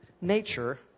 nature